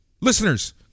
listeners